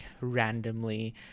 Randomly